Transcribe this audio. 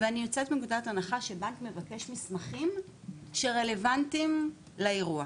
ואני יוצאת מנקודת הנחה שבנק מבקש מסמכים שרלוונטיים לאירוע.